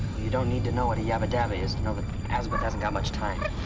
you don't need to know what a yabbadabba is to know that azabeth hasn't got much time.